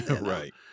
right